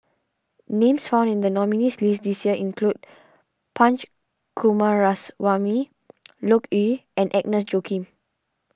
names found in the nominees' list this year include Punch Coomaraswamy Loke Yew and Agnes Joaquim